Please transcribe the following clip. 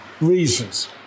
reasons